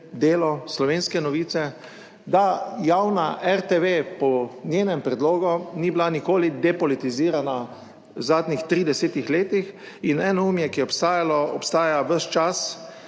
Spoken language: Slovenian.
Delo, Slovenske novice, da javna RTV po njenem predlogu ni bila nikoli depolitizirana v zadnjih 30. letih in enoumje, ki je obstajalo, obstaja ves čas,